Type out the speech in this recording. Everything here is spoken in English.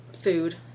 food